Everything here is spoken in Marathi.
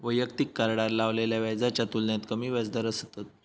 वैयक्तिक कार्डार लावलेल्या व्याजाच्या तुलनेत कमी व्याजदर असतत